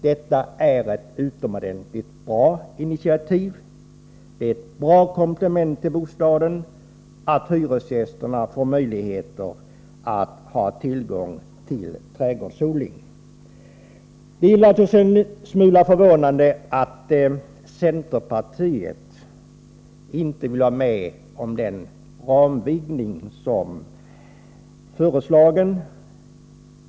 Det är ett bra initiativ och ett utmärkt komplement till bostaden att hyresgästerna får tillgång till trädgårdsodling. Det är en smula förvånande att centerpartiet inte vill vara med om den ramvidgning som föreslås.